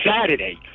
Saturday